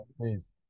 Please